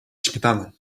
śmietaną